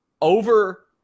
over